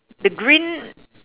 the green